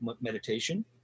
meditation